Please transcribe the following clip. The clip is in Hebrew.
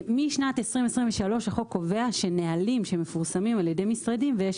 משנת 2023 החוק קובע שנהלים שמפורסמים על ידי משרדים ויש